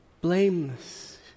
blameless